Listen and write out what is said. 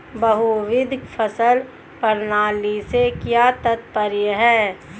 बहुविध फसल प्रणाली से क्या तात्पर्य है?